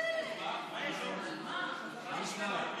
חוק מענק לעידוד